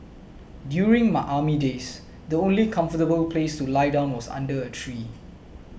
during my army days the only comfortable place to lie down was under a tree